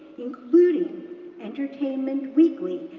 including entertainment weekly,